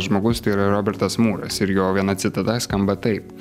žmogus tai yra robertas mūras ir jo viena citata skamba taip